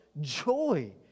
joy